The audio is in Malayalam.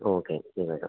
ഓക്കെ ചെയ്തേക്കാം